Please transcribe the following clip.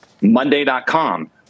Monday.com